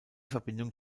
verbindung